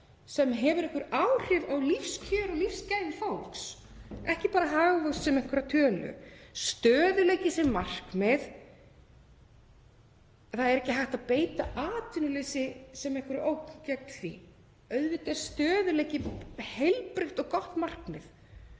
sem hefur einhver áhrif á lífskjör og lífsgæði fólks, ekki bara hagvöxt sem einhverja tölu. Að stöðugleiki sé markmið — það er ekki hægt að beita atvinnuleysi sem einhverri ógn gegn því. Auðvitað er stöðugleiki heilbrigt og gott markmið